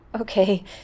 Okay